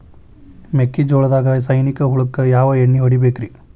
ಮೆಕ್ಕಿಜೋಳದಾಗ ಸೈನಿಕ ಹುಳಕ್ಕ ಯಾವ ಎಣ್ಣಿ ಹೊಡಿಬೇಕ್ರೇ?